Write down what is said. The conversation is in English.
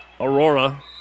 Aurora